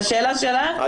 לשאלה שלך,